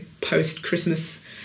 post-Christmas